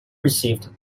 received